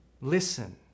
Listen